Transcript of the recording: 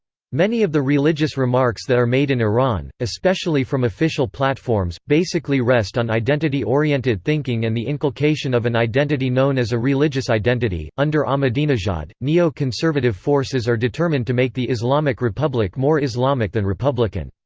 many of the religious remarks that are made in iran, especially from official platforms, basically rest on identity-oriented thinking and the inculcation of an identity known as a religious identity under ahmadinejad, neo-conservative forces are determined to make the islamic republic more islamic than republican.